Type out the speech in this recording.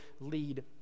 lead